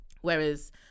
Whereas